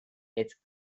its